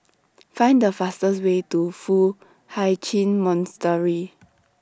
Find The fastest Way to Foo Hai Ch'An Monastery